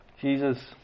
Jesus